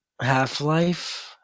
Half-Life